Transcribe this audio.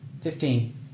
Fifteen